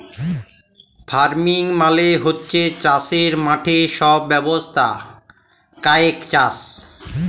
farming মালে হচ্যে চাসের মাঠে সব ব্যবস্থা ক্যরেক চাস